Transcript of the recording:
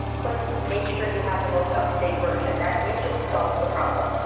click make sure you have the most up-to-date version that usually solves the problem.